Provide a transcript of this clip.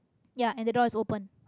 ya and the door is open